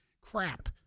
Crap